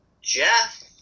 Jeff